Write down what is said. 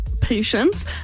patience